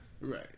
Right